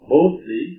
Mostly